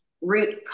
root